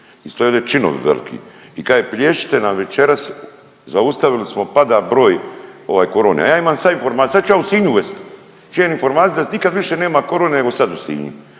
su to bili činovi veliki i kaže plješćite nam večeras, zaustavili smo, pada broj ovaj corone. A ja imam sve informacije, sad ću ja u Sinju uvest informacije da nikad više nema corone nego sad u Sinju.